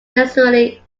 necessarily